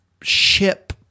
ship